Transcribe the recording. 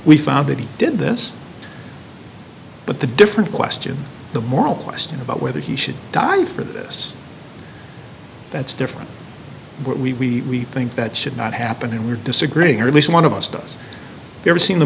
we found that he did this but the different question the moral question about whether he should die for this that's different we think that should not happen and we're disagreeing at least one of us does ever seen the